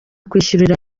kwishyurira